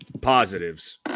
Positives